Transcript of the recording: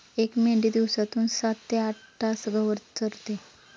एक मेंढी दिवसातून सात ते आठ तास गवत चरते